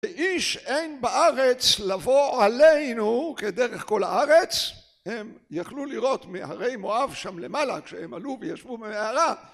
איש אין בארץ לבוא עלינו כדרך כל הארץ הם יכלו לראות מהרי מואב שם למעלה כשהם עלו וישבו במערה